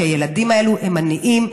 כי הילדים האלו הם עניים,